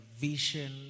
vision